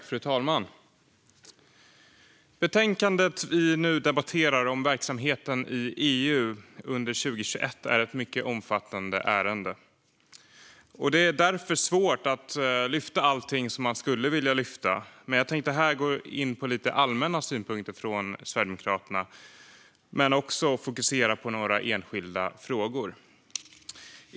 Fru talman! Betänkandet vi nu debatterar om verksamheten i EU under 2021 är ett mycket omfattande ärende, och det är därför svårt att lyfta allting som man skulle vilja. Jag tänker därför gå in på lite allmänna synpunkter från Sverigedemokraterna och även fokusera på några enskilda frågor.